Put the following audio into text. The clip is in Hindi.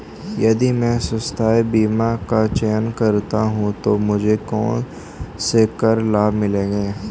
यदि मैं स्वास्थ्य बीमा का चयन करता हूँ तो मुझे कौन से कर लाभ मिलेंगे?